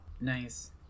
Nice